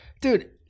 dude